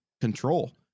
control